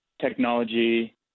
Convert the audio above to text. technology